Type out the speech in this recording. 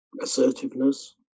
assertiveness